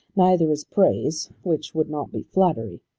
neither is praise, which would not be flattery.